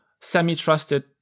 semi-trusted